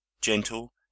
gentle